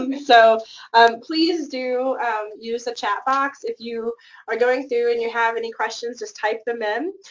um so please do use the chat box if you are going through and you have any questions. just type them in,